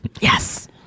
Yes